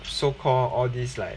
so call all these like